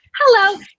hello